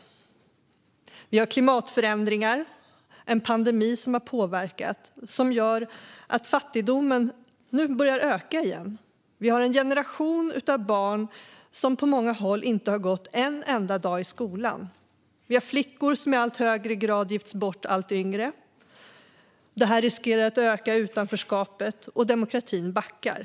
Vi har klimatförändringarna och en pandemi som har påverkat. Det gör att fattigdomen nu börjar öka igen. Vi har en generation barn som på många håll inte har gått en enda dag i skolan. Vi har flickor som i allt högre grad gifts bort allt yngre. Det riskerar att öka utanförskapet, och demokratin backar.